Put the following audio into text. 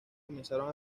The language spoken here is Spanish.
comenzaron